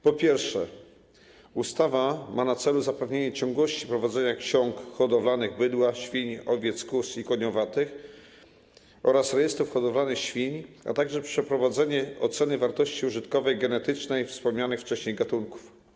Po pierwsze, ustawa ma na celu zapewnienie ciągłości prowadzenia ksiąg hodowlanych bydła, świń, owiec, kóz i koniowatych oraz rejestrów hodowlanych świń, a także prowadzenie oceny wartości użytkowej i genetycznej wspomnianych wcześniej gatunków.